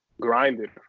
grinded